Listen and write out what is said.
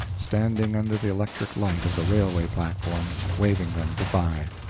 standing under the electric light of the railway platform, waving them good-by.